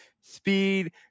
Speed